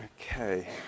Okay